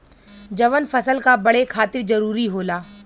जवन फसल क बड़े खातिर जरूरी होला